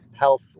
health